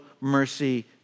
mercy